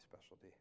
specialty